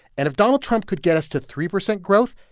and if donald trump could get us to three percent growth,